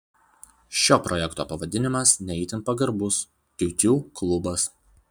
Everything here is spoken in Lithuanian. šio projekto pavadinimas ne itin pagarbus tiutiū klubas